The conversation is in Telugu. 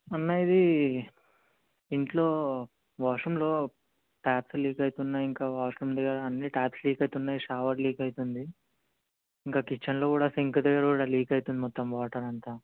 అన్న ఇది ఇంట్లో వాష్ రూమ్లో టాప్స్ లీక్ అవుతున్నాయి ఇంకా వాష్రూమ్ దగ్గర అన్ని టాప్స్ లీక్ అవుతున్నాయి షవర్ లీక్ అవుతుంది ఇంకా కిచెన్లో కూడా సింక్ దగ్గర కూడా లీక్ అవుతుంది మొత్తం వాటర్ అంతా